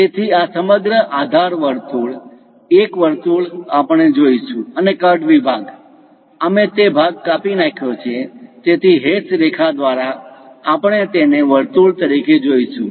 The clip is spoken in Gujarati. તેથી આ સમગ્ર આધાર વર્તુળ એક વર્તુળ આપણે જોઈશું અને કટ વિભાગ અમે તે ભાગ કાપી નાખ્યો તેથી હેશ રેખા દ્વારા આપણે તેને વર્તુળ તરીકે જોઈશું